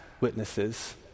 witnesses